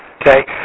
Okay